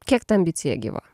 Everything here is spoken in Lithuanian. kiek ta ambicija gyva